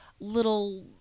little